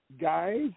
guys